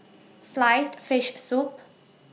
Sliced Fish Soup